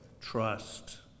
trust